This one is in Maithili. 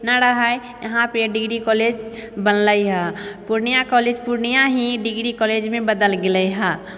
ना रहै यहाँपर डिग्री कॉलेज बनलै हऽ पूर्णिया कॉलेज पूर्णिया ही डिग्री कॉलेजमे बदल गेलै हऽ